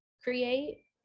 create